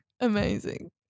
Amazing